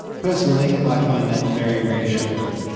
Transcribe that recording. personally i find that very reassuring.